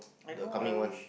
the coming one